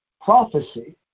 prophecy